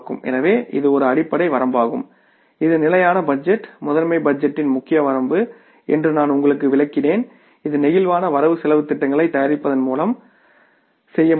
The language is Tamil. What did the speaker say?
எனவே இது ஒரு அடிப்படை வரம்பாகும் இது ஸ்டாடிக் பட்ஜெட் மாஸ்டர் பட்ஜெட்டின் முக்கிய வரம்பு என்று நான் உங்களுக்கு விளக்கினேன் இது நெகிழ்வான வரவு செலவுத் திட்டங்களைத் தயாரிப்பதன் மூலம் செய்ய முடியும்